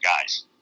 guys